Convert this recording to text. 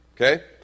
Okay